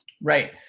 Right